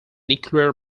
nuclear